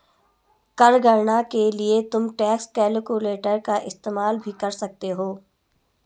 कर गणना के लिए तुम टैक्स कैलकुलेटर का इस्तेमाल भी कर सकते हो